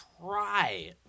try